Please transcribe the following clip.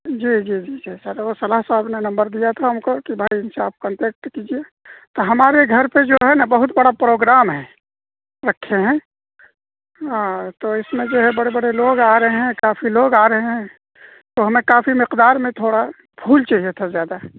جی جی جی جی سر وہ فلاں صاحب نے نمبر دیا تھا ہم کو کہ بھائی ان سے آپ کانٹکٹ کیجیے تو ہمارے گھر پہ جو ہے نا بہت بڑا پروگرام ہیں رکھے ہیں تو اس میں جو ہے بڑے بڑے لوگ آ رہے ہیں کافی لوگ آ رہے ہیں تو ہمیں کافی مقدار میں تھوڑا پھول چاہیے تھا زیادہ